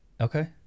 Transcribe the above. Okay